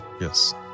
Yes